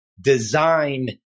design